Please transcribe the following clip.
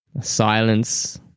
Silence